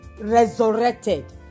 resurrected